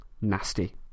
nasty